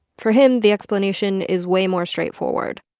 for him, the explanation is way more straightforward.